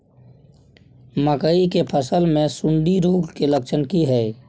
मकई के फसल मे सुंडी रोग के लक्षण की हय?